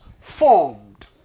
formed